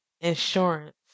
insurance